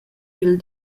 dil